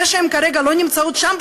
זה שהן כרגע לא נמצאות שם,